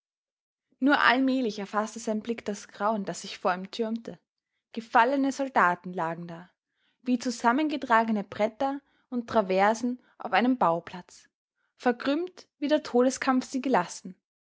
nur allmählich erfaßte sein blick das grauen das sich vor ihm türmte gefallene soldaten lagen da wie zusammengetragene bretter und traversen auf einem bauplatz verkrümmt wie der todeskampf sie gelassen